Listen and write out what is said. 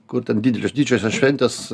kur tik didelios didžiosios šventės